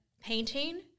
painting